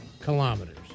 kilometers